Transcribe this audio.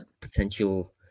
potential